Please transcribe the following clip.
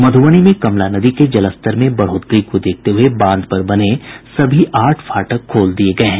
मधुबनी में कमला नदी के जलस्तर में बढ़ोतरी को देखते हुये बांध पर बने सभी आठ फाटक खोल दिये गये हैं